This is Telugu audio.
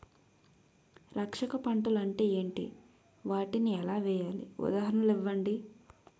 రక్షక పంటలు అంటే ఏంటి? వాటిని ఎలా వేయాలి? ఉదాహరణలు ఇవ్వండి?